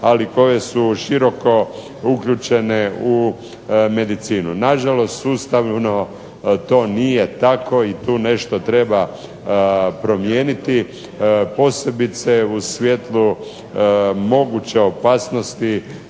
ali koje su široko uključene u medicinu. Nažalost, sustavno to nije tako i tu nešto treba promijeniti, posebice u svjetlu moguće opasnosti